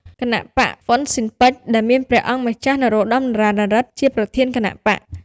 គណបក្សហ្វ៊ិនស៊ិនប៉ិច ដែល មានព្រះអង្គម្ចាស់ នរោត្តម រណឬទ្ធិ ជាប្រធានគណបក្ស។